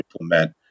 implement